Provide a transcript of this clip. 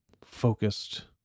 focused